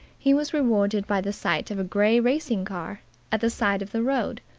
he was rewarded by the sight of a grey racing-car at the side of the road.